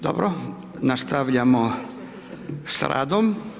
Dobro, nastavljamo s radom.